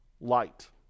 light